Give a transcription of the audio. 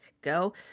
Go